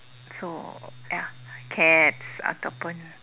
so ya cats ataupun